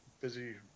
busy